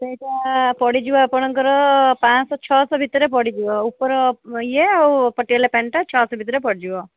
ସେଇଟା ପଡ଼ିଯିବ ଆପଣଙ୍କର ପାଞ୍ଚ ଶହ ଛଅ ଶହ ଭିତରେ ପଡ଼ିଯିବ ଉପର ଇଏ ଆଉ ପଟିଆଲା ପ୍ୟାଣ୍ଟଟା ଛଅ ଶହ ଭିତରେ ପଡ଼ିଯିବ